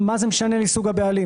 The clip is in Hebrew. מה זה משנה מי סוג הבעלים?